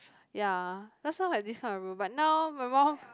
ya last time I had this kind of rule but now my mum